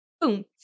boom